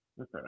Okay